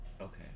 Okay